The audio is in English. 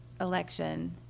election